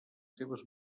seves